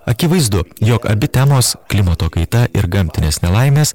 akivaizdu jog abi temos klimato kaita ir gamtinės nelaimės